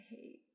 hate